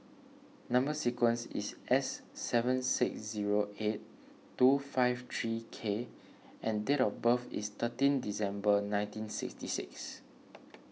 Number Sequence is S seven six zero eight two five three K and date of birth is thirteen December nineteen sixty six